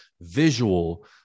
Visual